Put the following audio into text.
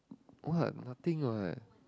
what nothing what